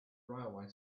railway